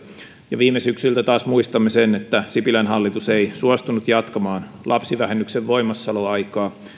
ja viime syksyltä taas muistamme sen että sipilän hallitus ei suostunut jatkamaan lapsivähennyksen voimassaoloaikaa